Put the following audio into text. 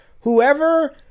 Whoever